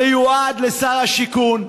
המיועד לשר השיכון,